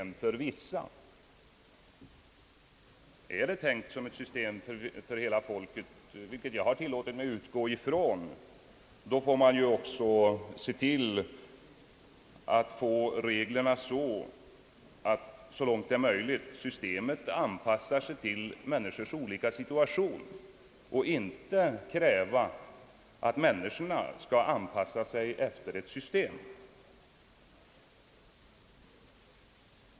Jag har tillåtit mig utgå från att det är tänkt som ett system för hela folket, och då får man ju se till att reglerna utformas på det sättet att systemet så långt som möjligt anpassar sig till människors olika situation; man får inte kräva att människorna skall anpassa sig efter ett system.